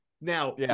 now